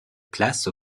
place